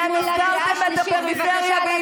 אתם הפקרתם את הפריפריה,